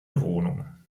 wohnung